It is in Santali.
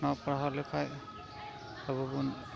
ᱚᱱᱟ ᱯᱟᱲᱦᱟᱣ ᱞᱮᱠᱷᱟᱡ ᱟᱵᱚᱵᱚᱱ